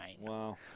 Wow